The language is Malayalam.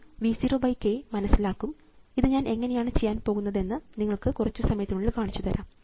ഞാൻ V 0 k മനസ്സിലാക്കും ഇത് ഞാൻ എങ്ങനെയാണ് ചെയ്യാൻ പോകുന്നത് എന്ന് നിങ്ങൾക്ക് കുറച്ചു സമയത്തിനുള്ളിൽ കാണിച്ചുതരാം